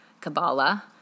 Kabbalah